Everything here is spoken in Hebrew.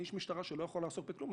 אני איש משטרה שלא יכול לעסוק בכלום.